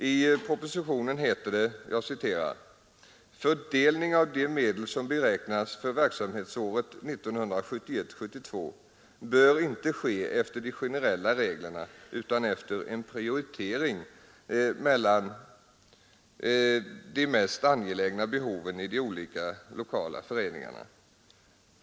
I propositionen heter det: ”Fördelningen av de medel som beräknats för verksamhetsåret 1971/72 bör inte ske efter de generella reglerna utan efter en prioritering mellan de mest angelägna behoven i de lokala föreningarna.